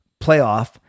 playoff